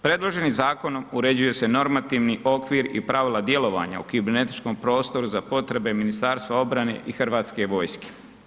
Predloženim zakonom uređuje se normativni okvir i pravila djelovanja u kibernetičkom prostoru za potrebe Ministarstva obrane i Hrvatske vojske.